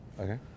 Okay